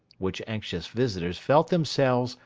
which anxious visitors felt themselves,